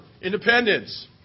independence